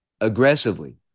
aggressively